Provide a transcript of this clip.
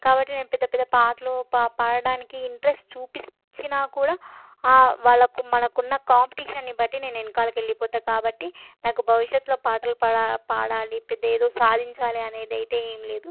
కాబట్టి నేను పెద్ద పెద్ద పాటలు ప పాడడానికి ఇంట్రెస్ట్ చూపించినా కూడా ఆ వాళ్ళకు మనకున్న కాంపిటీషన్ని బట్టి నేను వెనకకు వెళ్ళిపోతా కాబట్టి నాకు భవిష్యత్తులో పాటలు పాడా పాడాలి పెద్ద ఏదో సాధించాలి అనేదైతే ఏం లేదు